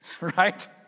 right